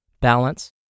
balance